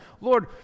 Lord